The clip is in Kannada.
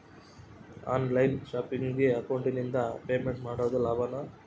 ಆನ್ ಲೈನ್ ಶಾಪಿಂಗಿಗೆ ಅಕೌಂಟಿಂದ ಪೇಮೆಂಟ್ ಮಾಡೋದು ಲಾಭಾನ?